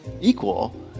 equal